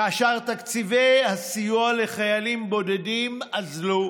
כאשר תקציבי הסיוע לחיילים בודדים אזלו,